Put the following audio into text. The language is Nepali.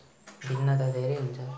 भिन्नता धेरै हुन्छ